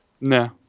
No